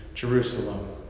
Jerusalem